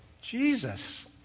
Jesus